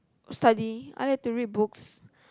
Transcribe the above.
study I like to read books